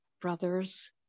brothers